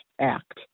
act